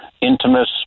intimate